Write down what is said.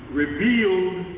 revealed